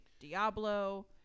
Diablo